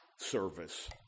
service